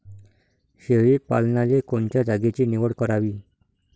शेळी पालनाले कोनच्या जागेची निवड करावी?